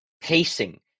pacing